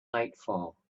nightfall